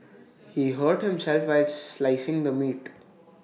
he hurt himself while slicing the meat